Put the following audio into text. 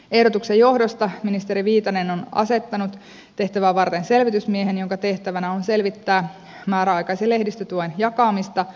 ehdotuksen johdosta ministeri viitanen on asettanut tehtävää varten selvitysmiehen jonka tehtävänä on selvittää määräaikaisen lehdistötuen jakamista